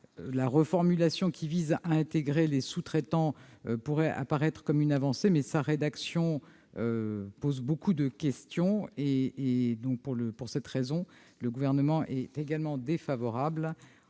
la reformulation qui vise à intégrer les sous-traitants pourrait apparaître comme une avancée, mais sa rédaction pose beaucoup de questions. C'est pourquoi le Gouvernement y est également défavorable.